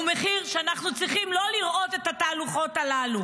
מחיר שאנחנו צריכים לא לראות את התהלוכות הללו.